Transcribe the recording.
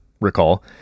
recall